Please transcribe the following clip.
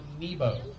Nebo